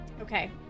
Okay